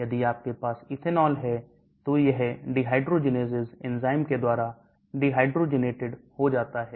यदि आपके पास ethanol है तो यह dehydrogenases enzyme के द्वारा dehydrogenated हो जाता है